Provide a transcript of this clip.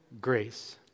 grace